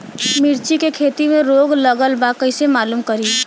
मिर्ची के खेती में रोग लगल बा कईसे मालूम करि?